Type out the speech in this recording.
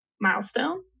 milestone